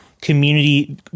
Community